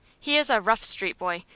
he is a rough street boy,